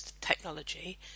technology